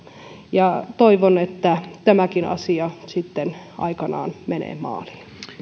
toivon että tämäkin asia aikanaan menee maaliin